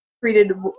treated